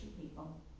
people